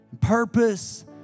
purpose